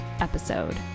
episode